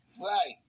Right